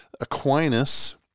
Aquinas